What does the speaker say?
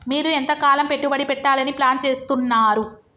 మీరు ఎంతకాలం పెట్టుబడి పెట్టాలని ప్లాన్ చేస్తున్నారు?